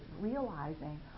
realizing